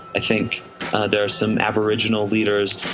i think there are some aboriginal leaders.